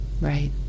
Right